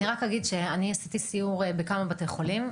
אני רק אגיד שאני עשיתי סיור בכמה בתי חולים.